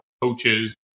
coaches